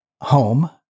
home